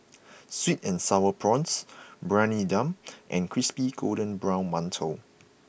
Sweet and Sour Prawns Briyani Dum and Crispy Golden Brown Mantou